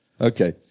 Okay